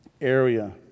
area